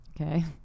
Okay